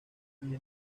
agente